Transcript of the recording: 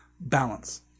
balance